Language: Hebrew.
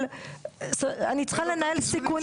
אבל אני צריכה לנהל סיכונים.